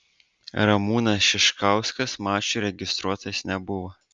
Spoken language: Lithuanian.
ramūnas šiškauskas mačui registruotas nebuvo